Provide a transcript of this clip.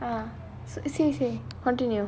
ah s~ say say continue